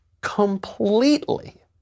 completely